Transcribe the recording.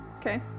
Okay